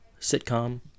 sitcom